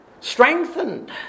strengthened